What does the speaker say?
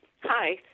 Hi